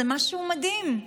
זה משהו מדהים.